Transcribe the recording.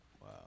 Wow